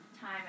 time